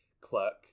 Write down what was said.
clerk